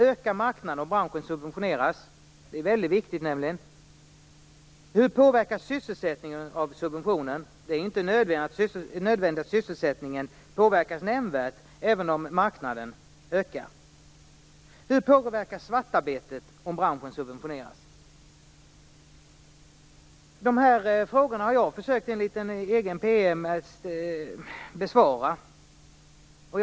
Ökar marknaden om branschen subventioneras? Det är nämligen väldigt viktigt. Hur påverkas sysselsättningen av subventioner? Det är inte nödvändigt att sysselsättningen påverkas nämnvärt även om marknaden ökar. Hur påverkas svartarbetet om branschen subventioneras? De här frågorna har jag försökt besvara i en egen liten PM.